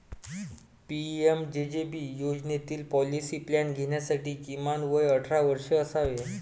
PMJJB योजनेतील policy plan घेण्यासाठी किमान वय अठरा वर्षे असावे